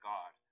God